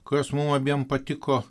kurios mum abiem patiko